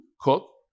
cook